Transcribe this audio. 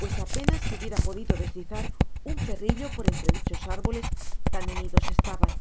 pues apenas se hubiera podido deslizar un perrillo por entre dichos árboles tan unidos estaban